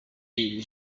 iri